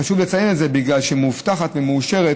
חשוב לציין את זה בגלל ש"מאובטחת ומאושרת"